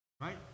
right